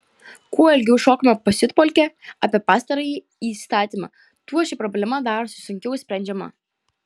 kuo ilgiau šokame pasiutpolkę apie pastarąjį įstatymą tuo ši problema darosi sunkiau išsprendžiama